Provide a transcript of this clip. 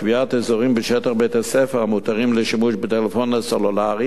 קביעת אזורים בשטח בית-הספר המותרים לשימוש בטלפון הסלולרי